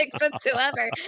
whatsoever